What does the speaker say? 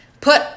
Put